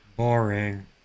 Boring